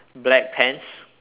black pants